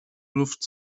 luft